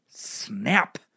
snap